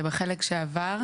זה בחלק שעבר.